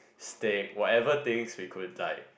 stick whatever things we could like